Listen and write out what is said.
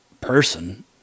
person